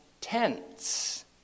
tents